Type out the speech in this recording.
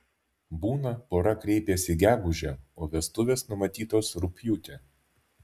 būna pora kreipiasi gegužę o vestuvės numatytos rugpjūtį